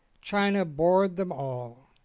china bored them all,